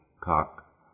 cock